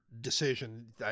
decision